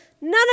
none